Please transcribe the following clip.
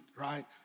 right